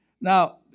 Now